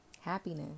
happiness